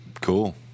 cool